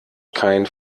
kein